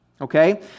Okay